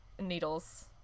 needles